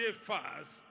fast